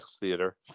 theater